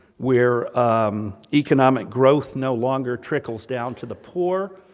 where economic growth no longer trickles down to the poor,